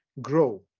grow